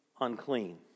unclean